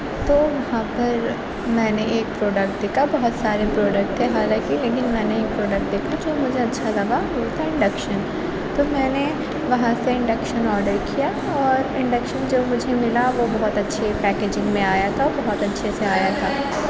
تو وہاں پر میں نے ایک پروڈکٹ دیکھا بہت سارے پروڈکٹ تھے حالانکہ لیکن میں نے ایک پروڈکٹ دیکھا جو اچھا لگا وہ تھا انڈکشن تو میں نے وہاں سے انڈکشن آرڈر کیا اور انڈکشن جب مجھے ملا وہ بہت اچھی پیکیجنگ میں آیا تھا بہت اچھے سے آیا تھا